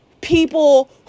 People